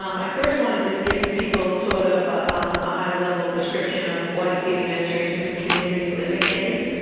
um i first want to just give people sort of a high level description of what the administration for community living is.